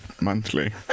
monthly